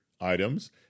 items